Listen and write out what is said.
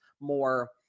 more